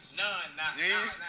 none